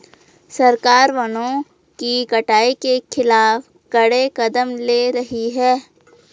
सरकार वनों की कटाई के खिलाफ कड़े कदम ले रही है